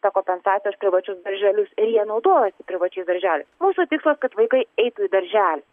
ta kompensacija už privačius darželius ir jie naudojasi privačiais darželiais mūsų tikslas kad vaikai eitų į darželį